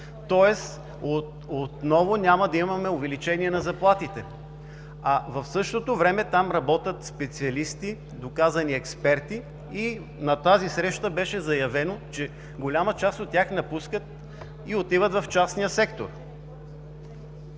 Тоест отново няма да имаме увеличение на заплатите. В същото време там работят специалисти, доказани експерти – на тази среща беше заявено, че голяма част от тях напускат и отиват в частния сектор.